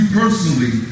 personally